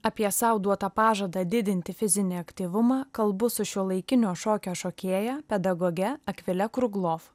apie sau duotą pažadą didinti fizinį aktyvumą kalbu su šiuolaikinio šokio šokėja pedagoge akvile kurglov